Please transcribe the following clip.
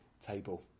table